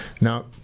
Now